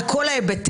על כל ההיבטים?